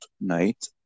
night